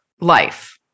life